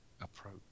approach